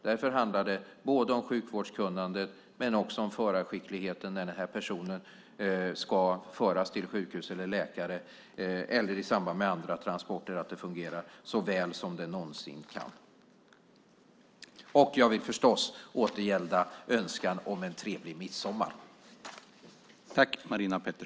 Därför handlar det både om sjukvårdskunnandet och om förarskickligheten när den här personen ska föras till sjukhus eller läkare eller att det i samband med andra transporter fungerar så väl som det någonsin kan. Jag vill förstås återgälda önskan om en trevlig midsommar.